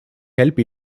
help